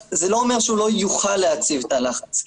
אומר שהוא לא יוכל להציב תא לחץ.